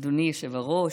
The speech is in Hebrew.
אדוני היושב-ראש,